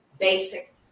Basic